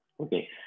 Okay